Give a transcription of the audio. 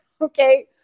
Okay